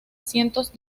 cientos